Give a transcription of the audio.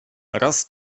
raz